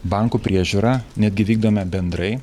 bankų priežiūrą netgi vykdome bendrai